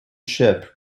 ship